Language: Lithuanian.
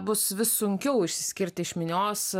bus vis sunkiau išsiskirti iš minios